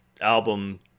album